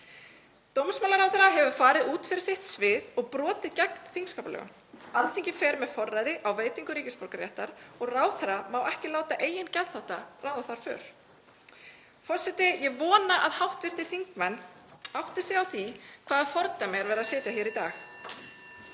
Dómsmálaráðherra hefur farið út fyrir sitt svið og brotið gegn þingskapalögum. Alþingi fer með forræði á veitingu ríkisborgararéttar og ráðherra má ekki láta eigin geðþótta ráða þar för. Forseti. Ég vona að hv. þingmenn átti sig á því hvaða fordæmi er verið að setja hér í dag.